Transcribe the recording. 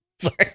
sorry